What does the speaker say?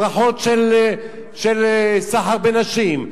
הברחות של סחר בנשים,